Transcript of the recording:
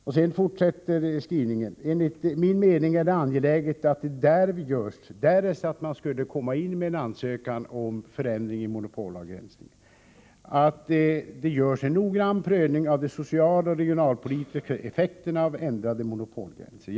Skrivningen fortsatte med att påpeka att enligt min mening är det angeläget att därest man skulle komma in med en ansökan om förändring i monopolavgränsningen bör det göras en noggrann prövning av de sociala och regionalpolitiska effekterna av ändrade monopolgränser.